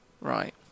Right